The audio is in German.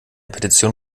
petition